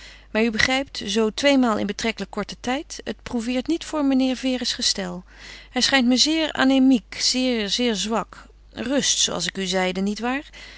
maar u begrijpt zoo tweemaal in betrekkelijk korten tijd het prouveert niet voor meneer vere's gestel hij schijnt me zeer anemiek zeer zeer zwak rust zooals ik u zeide nietwaar